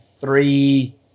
three